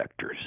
vectors